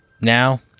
Now